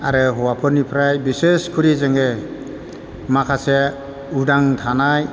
आरो हौवाफोरनिफ्राय बिसेसक'रि जोङो माखासे उदां थानाय